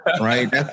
Right